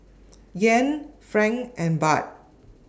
Yen Franc and Baht